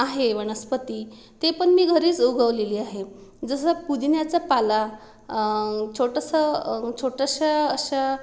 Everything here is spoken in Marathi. आहे वनस्पती ते पण मी घरीच उगवलेली आहे जसं पुदिन्याचा पाला छोटंसं छोटंशा अशा